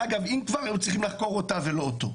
אגב אם כבר, צריכים לחקור אותה ולא אותו.